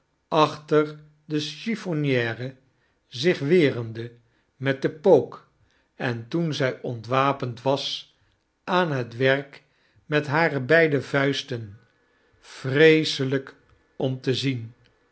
achter de chiffonniere zich verwerende met den pook en toen zyontwapend was aan het werk met hare beide vuismm ten vreeselijk om te zien